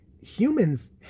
Humans